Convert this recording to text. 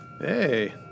Hey